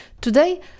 Today